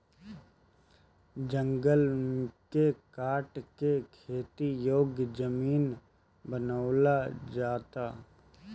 जंगल के काट के खेती योग्य जमीन बनावल जाता